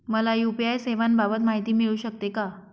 मला यू.पी.आय सेवांबाबत माहिती मिळू शकते का?